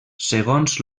segons